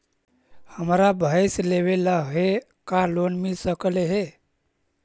हमरा भैस लेबे ल है का लोन मिल सकले हे?